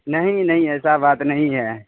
نہیں نہیں ایسا بات نہیں ہے